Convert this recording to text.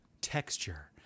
texture